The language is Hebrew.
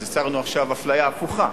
אז יצרנו עכשיו אפליה הפוכה.